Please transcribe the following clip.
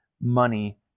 money